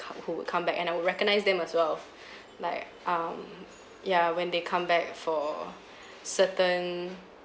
come who would come back and I recognize them as well like um ya when they come back for certain